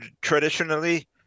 traditionally